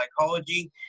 Psychology